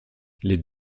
les